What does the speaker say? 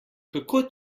kako